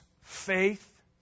faith